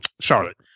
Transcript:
Charlotte